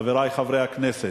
חברי חברי הכנסת,